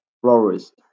florist